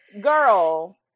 Girl